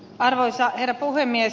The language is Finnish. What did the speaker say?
arvoisa herra puhemies